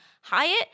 Hyatt